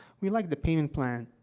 we like the payment plan.